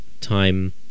time